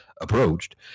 approached